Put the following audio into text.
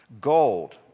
gold